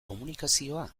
komunikazioa